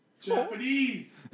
Japanese